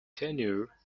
tenure